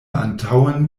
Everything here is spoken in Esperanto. antaŭen